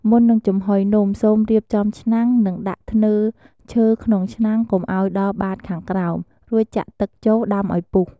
មុននឹងចំហុយនំ សូមរៀបចំឆ្នាំង និងដាក់ធ្នើរឈើក្នុងឆ្នាំងកុំឱ្យដល់បាតខាងក្រោម រួចចាក់ទឹកចូលដាំឱ្យពុះ។